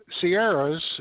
sierras